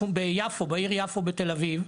בעיר יפו בתל אביב,